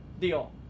deal